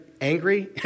angry